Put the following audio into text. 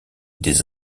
des